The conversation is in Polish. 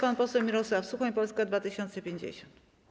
Pan poseł Mirosław Suchoń, Polska 2050.